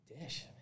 Dish